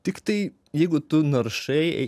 tik tai jeigu tu naršai